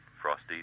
Frosty